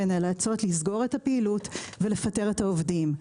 נאלצות לסגור את הפעילות ולפטר את העובדים,